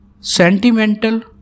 sentimental